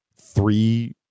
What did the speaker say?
three